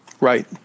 Right